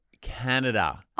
Canada